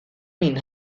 این